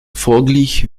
folglich